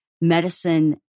medicine